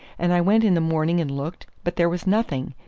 and i went in the morning and looked but there was nothing.